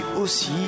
aussi